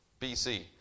BC